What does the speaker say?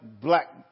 black